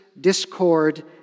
discord